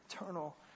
Eternal